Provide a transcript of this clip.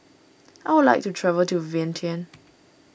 I would like to travel to Vientiane